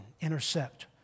intercept